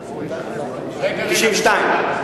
ב-1992.